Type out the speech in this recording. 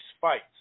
fights